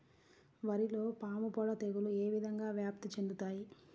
వరిలో పాముపొడ తెగులు ఏ విధంగా వ్యాప్తి చెందుతాయి?